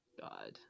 god